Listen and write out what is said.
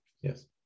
Yes